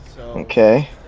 Okay